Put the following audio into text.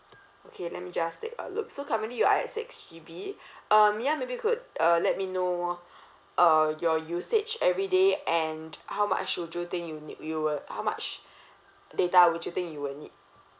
okay let me just take a look so currently you are at six G_B uh mya maybe you could uh let me know uh your usage everyday and how much would you think you need you will how much data would you think you will need